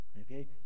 Okay